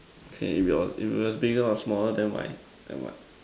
okay if your if is bigger or smaller then why then what